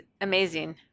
amazing